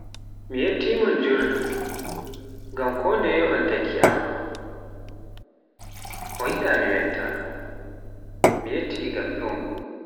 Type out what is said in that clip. Mi yetti mon jur, kondeye a takki am, yiɗa mi metta, miyetti ngam ɗum.